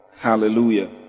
Hallelujah